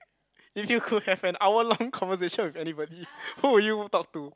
if you could have an hour long conversation with anybody who would you talk to